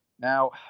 Now